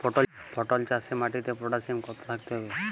পটল চাষে মাটিতে পটাশিয়াম কত থাকতে হবে?